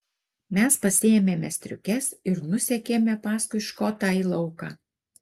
mes pasiėmėme striukes ir nusekėme paskui škotą į lauką